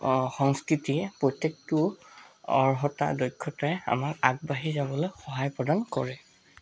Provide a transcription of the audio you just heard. সংস্কৃতিয়ে প্ৰত্যেকটো অৰ্হতা দক্ষতাৰে আমাক আগবাঢ়ি যাবলৈ সহায় প্ৰদান কৰে